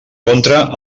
contra